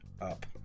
up